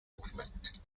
movement